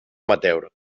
amateur